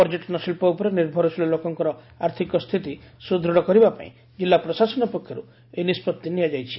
ପର୍ଯ୍ୟଟନ ଶିକ୍କ ଉପରେ ନିର୍ଭରଶୀଳ ଲୋକଙ୍କ ଆର୍ଥିକ ସ୍ଥିତି ସୁଦୂଢ କରିବାପାଇଁ କିଲ୍ଲୁ ପ୍ରଶାସନ ପକ୍ଷରୁ ଏହି ନିଷ୍ବଉି ନିଆଯାଇଛି